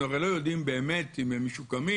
אנחנו הרי לא יודעים באמת אם הם משוקמים,